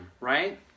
right